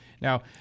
Now